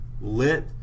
lit